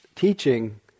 teaching